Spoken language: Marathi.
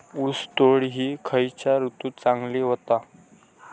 ऊस वाढ ही खयच्या ऋतूत चांगली होता?